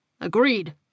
Agreed